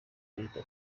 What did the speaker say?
karita